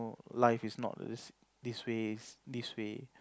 life is not this this ways this way